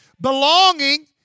Belonging